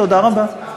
תודה רבה.